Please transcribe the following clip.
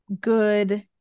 good